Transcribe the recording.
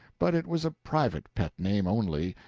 but it was a private pet name only,